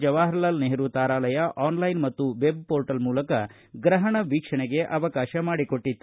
ಜವಹಾರಲಾಲ್ ನೆಹರು ತಾರಾಲಯ ಆನ್ಲೈನ್ ಮತ್ತು ವೆಬ್ಮೋರ್ಟಲ್ ಮೂಲಕ ಗ್ರಹಣ ವೀಕ್ಷಣೆಗೆ ಅವಕಾಶ ಮಾಡಿಕೊಟ್ಟಿತ್ತು